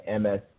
MS